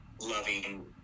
loving